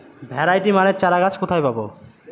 Variety মানের চারাগাছ কোথায় পাবো?